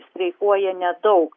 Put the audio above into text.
streikuoja nedaug